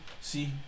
See